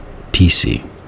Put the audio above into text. TC